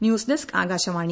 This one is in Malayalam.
news desk Akashvani